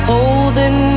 Holding